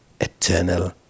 eternal